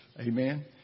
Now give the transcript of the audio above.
Amen